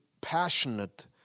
passionate